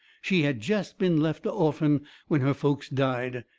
she had jest been left a orphan when her folks died.